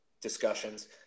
discussions